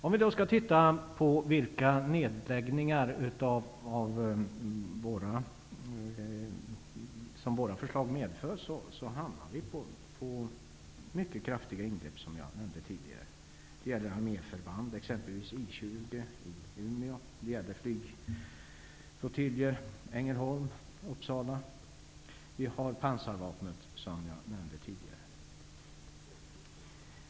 Om vi tittar på vilka nedläggningar som våra förslag innebär, är det fråga om mycket kraftiga ingrepp, vilket jag nämnde tidigare. Det gäller arméförband -- exempelvis I 20 i Umeå -- flygflottiljer i Ängelholm och Uppsala, och även pansarvapnet.